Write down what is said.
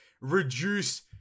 reduce